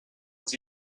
els